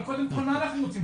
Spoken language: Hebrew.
אבל קודם כל מה אנחנו רוצים?